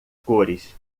cores